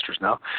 now